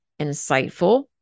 insightful